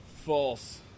False